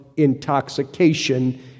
intoxication